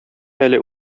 әле